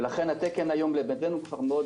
ולכן התקן היום לבנזן הוא כבר מאוד